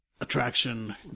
Attraction